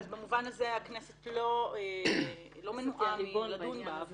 כך שהכנסת לא מנועה מלדון בה,